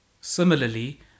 Similarly